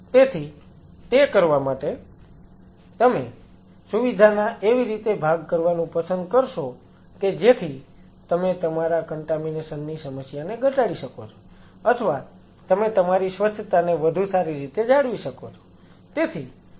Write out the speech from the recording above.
તેથી તે કરવા માટે તમે સુવિધાના એવી રીતે ભાગ કરવાનું પસંદ કરશો કે જેથી તમે તમારા કન્ટામીનેશન ની સમસ્યાને ઘટાડી શકો છો અથવા તમે તમારી સ્વચ્છતાને વધુ સારી રીતે જાળવી શકો છો